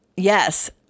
Yes